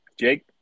Jake